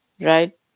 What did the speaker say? right